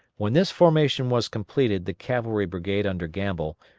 when this formation was completed the cavalry brigade under gamble,